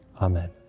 Amen